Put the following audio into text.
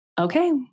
okay